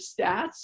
stats